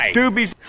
doobies